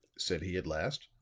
said he at last.